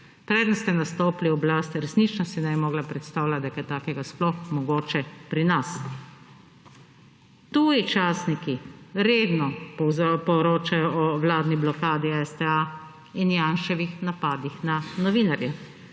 preden ste nastopili oblast, resnično si ne bi mogla predstavljati, da je kaj takega sploh mogoče pri nas. Tuji častniki redno poročajo o vladni blokadi STA in Janševih napadih na novinarje.